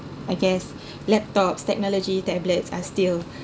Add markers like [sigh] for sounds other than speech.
I guess [breath] laptops technology tablets are still